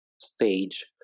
stage